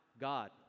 God